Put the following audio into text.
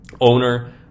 Owner